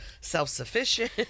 self-sufficient